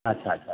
अच्छा अच्छा